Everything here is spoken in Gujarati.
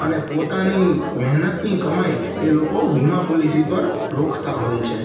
અને પોતાની મહેનતની કમાઈ એ લોકો વીમા પોલિસી પર રોકતા હોય છે